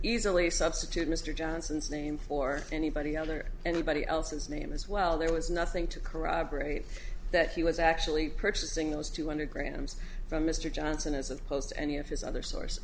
easily substitute mr johnson's name for anybody other anybody else's name as well there was nothing to corroborate that he was actually purchasing those two hundred grams from mr johnson as opposed to any of his other sources